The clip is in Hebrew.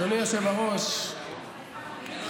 אדוני היושב-ראש,